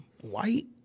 white